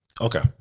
Okay